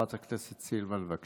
חברת הכנסת סילמן, בבקשה.